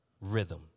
rhythm